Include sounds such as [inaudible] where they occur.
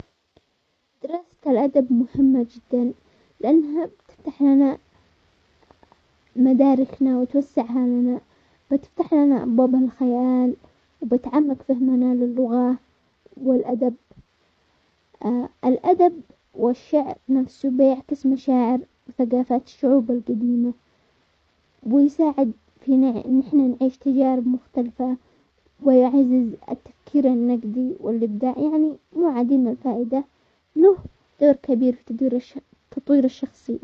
دراسة الادب مهمة جدا، لانها تفتح لنا مداركنا وتوسعها لنا وتفتح لنا ابواب الخيال وبتعمق فهمنا للغة والادب، [hesitation] الادب والشعر نفسه بيعكس مشاعر وثقافات الشعوب القديمة، ويساعد في ان احنا نعيش تجارب مختلفة، ويعزز التفكير النقدي والابداعي، يعني مو عديم الفائدة، له دور كبير في تدير-تطوير الشخصية.